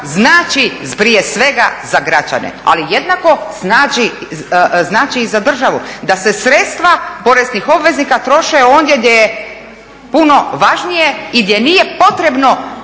znači prije svega za građane, ali jednako znači i za državu. Da se sredstva poreznih obveznika troše ondje gdje je puno važnije i gdje nije potrebno